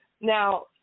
Now